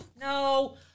No